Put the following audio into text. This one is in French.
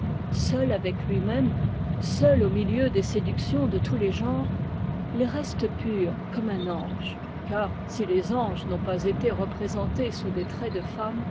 seul avec lui-même seul au milieu des séductions de tous les genres il reste pur comme un ange car si les anges n'ont pas été représentés sous des traits de femme